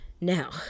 Now